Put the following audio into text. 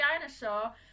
dinosaur